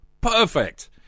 Perfect